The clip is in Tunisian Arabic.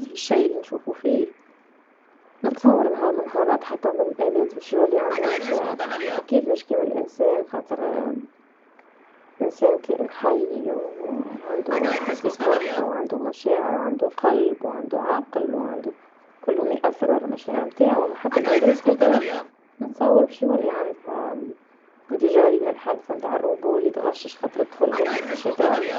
شي اللي نشفوفيه نتصور نهار من نهار حتى بالألات باش يولي عندهم مشاعر اكيد نشكيو الإنسان خاطر انسان كائن حي وعندو حاسيس مرهفة وعندو مشاعر وعندو قلب وعندو عقل وعندو كلهم ياثرو على المشاعر نتاعو، ما حتى للألات زادة نتصور باش يولي عندها ديجا رينا الحادثة نتاع لي تغشش خاطر الطفل غلبة في شطرنج.